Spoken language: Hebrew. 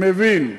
מבין,